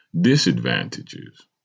Disadvantages